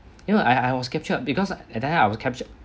you know I I was captured because at the end I was captured